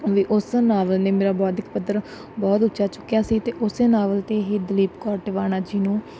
ਉਸ ਨਾਵਲ ਨੇ ਮੇਰਾ ਬੌਧਿਕ ਪੱਧਰ ਬਹੁਤ ਉੱਚਾ ਚੁੱਕਿਆ ਸੀ ਅਤੇ ਉਸੇ ਨਾਵਲ 'ਤੇ ਹੀ ਦਲੀਪ ਕੌਰ ਟਿਵਾਣਾ ਜੀ ਨੂੰ